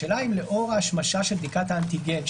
השאלה היא אם לאור ההשמשה של בדיקת האנטיגן,